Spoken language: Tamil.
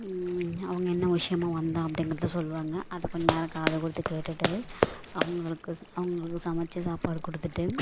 அவங்க என்னா விஷயமா வந்தோம் அப்படிங்கறத சொல்வாங்க அதை கொஞ்சம் நேரம் காது கொடுத்து கேட்டுட்டு அவங்களுக்கு அவங்களுக்கு சமைத்து சாப்பாடு கொடுத்துட்டு